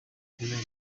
хэмээн